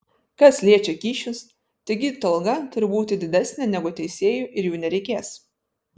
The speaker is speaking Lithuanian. kas liečia kyšius tai gydytojo alga turi būti didesnė negu teisėjų ir jų nereikės